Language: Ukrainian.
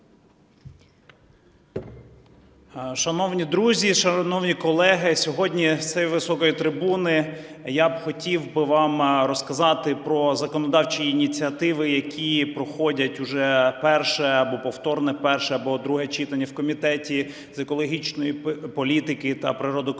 Шановні друзі! Шановні колеги! Сьогодні з цієї високої трибуни я б хотів би вам розказати про законодавчі ініціативи, які проходять уже перше або повторне перше або друге читання в Комітеті з екологічної політики та природокористування,